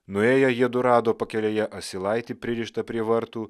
nuėję jiedu rado pakelėje asilaitį pririštą prie vartų